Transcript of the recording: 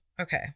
Okay